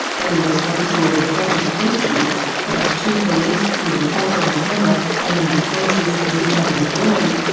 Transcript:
and in response to a reporter's question about two police who were caught on camera aiming tasers at each other's groin,